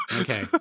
Okay